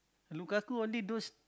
Lukaku only those